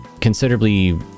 considerably